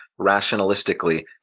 rationalistically